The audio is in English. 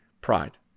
Pride